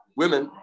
women